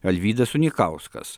alvydas unikauskas